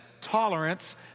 tolerance